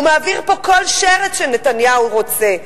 הוא מעביר פה כל שרץ שנתניהו רוצה,